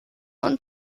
und